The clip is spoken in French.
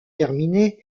terminé